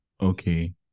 Okay